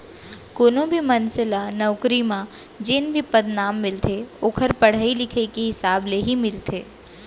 कोनो भी मनसे ल नउकरी म जेन भी पदनाम मिलथे ओखर पड़हई लिखई के हिसाब ले ही मिलथे